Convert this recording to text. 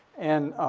and,